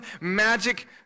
magic